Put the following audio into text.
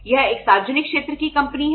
यह एक सार्वजनिक क्षेत्र की कंपनी है